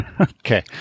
Okay